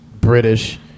British